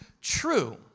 true